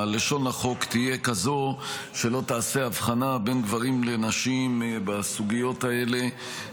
שלשון החוק תהיה כזאת שלא תעשה הבחנה בין גברים לנשים בסוגיות האלה.